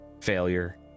failure